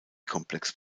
komplex